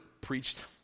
preached